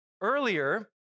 earlier